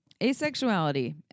asexuality